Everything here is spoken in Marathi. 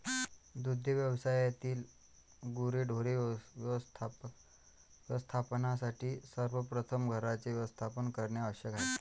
दुग्ध व्यवसायातील गुरेढोरे व्यवस्थापनासाठी सर्वप्रथम घरांचे व्यवस्थापन करणे आवश्यक आहे